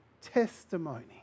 testimony